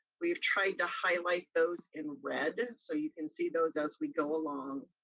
we've tried to highlight those in red and so you can see those as we go along.